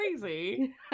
crazy